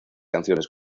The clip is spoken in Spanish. canciones